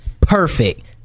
perfect